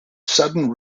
sudden